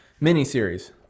Mini-series